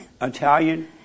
Italian